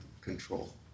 control